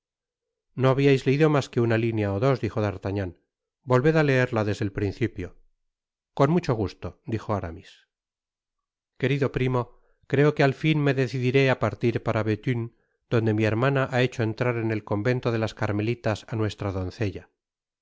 no habiais leido mas que una linea ó dos dijo d'artagnan volved á leerla desde el principio con mucho gusto dijo aramis querido primo creo que al fin me decidiré á partir para bethune donde mi hermana ha hecho entrar en el convento de las carmelitas á nuestra doncella